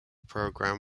program